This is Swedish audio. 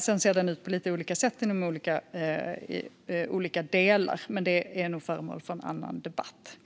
Sedan ser den ut på lite olika sätt inom olika delar, men det är en annan debatt.